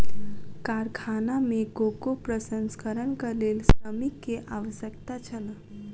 कारखाना में कोको प्रसंस्करणक लेल श्रमिक के आवश्यकता छल